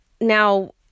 Now